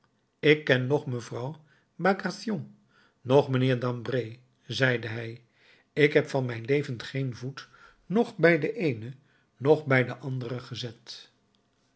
ik ken noch mevrouw bagration noch mijnheer dambray zeide hij ik heb van mijn leven geen voet noch bij de eene noch bij den ander gezet